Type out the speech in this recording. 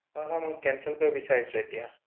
হয় হয় মই কেনচেল কৰিব বিচাৰিছোঁ এতিয়া